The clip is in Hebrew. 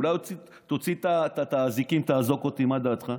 אולי תוציא את האזיקים, תאזוק אותי, מה דעתך?